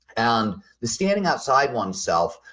and the standing outside one's self,